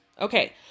Okay